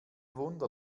wunder